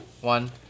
One